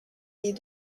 est